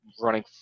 running